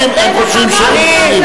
יש פה מלחמה בין שני מחנות.